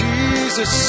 Jesus